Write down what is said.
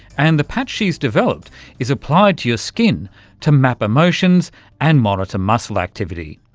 and the patch she's developed is applied to your skin to map emotions and monitor muscle activity.